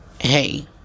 Hey